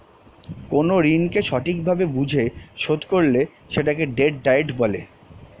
কোন ঋণকে সঠিক ভাবে বুঝে শোধ করলে সেটাকে ডেট ডায়েট বলে